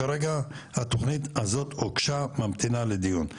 כרגע התוכנית הזאת הוגשה, ממתינה לדיון.